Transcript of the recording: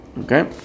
Okay